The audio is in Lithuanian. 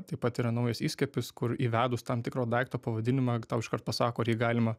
taip pat yra naujas įskiepis kur įvedus tam tikro daikto pavadinimą tau iškart pasako ar jį galima